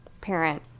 parent